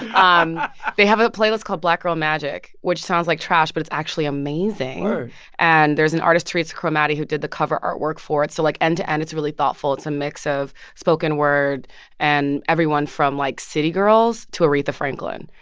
um they have a playlist called black girl magic, which sounds like trash, but it's actually amazing word and there's an artist, theresa chromati, who did the cover artwork for it. so, like, end to end, it's really thoughtful. it's a mix of spoken word and everyone from, like, city girls to aretha franklin.